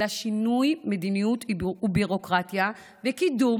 אלא שינוי מדיניות וביורוקרטיה וקידום